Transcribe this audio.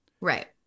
Right